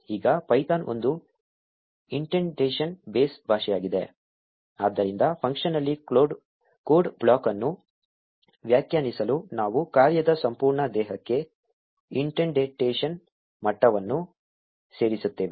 ಈಗ ಪೈಥಾನ್ ಒಂದು indentation base ಭಾಷೆಯಾಗಿದೆ ಆದ್ದರಿಂದ ಫಂಕ್ಷನ್ನಲ್ಲಿ ಕೋಡ್ ಬ್ಲಾಕ್ ಅನ್ನು ವ್ಯಾಖ್ಯಾನಿಸಲು ನಾವು ಕಾರ್ಯದ ಸಂಪೂರ್ಣ ದೇಹಕ್ಕೆ ಇಂಡೆಂಟೇಶನ್ ಮಟ್ಟವನ್ನು ಸೇರಿಸುತ್ತೇವೆ